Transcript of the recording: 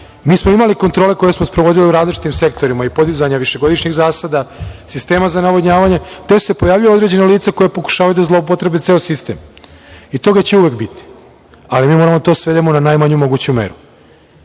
smo imali kontrole koje smo sprovodili u različitim sektorima i podizanja višegodišnjih zasada sistema za navodnjavanje, te se pojavljuju određena lica koja pokušavaju da zloupotrebe ceo sistem. Toga će uvek biti, ali mi moramo to da svedemo na najmanju moguću meru. Ovo